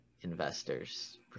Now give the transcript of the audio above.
investors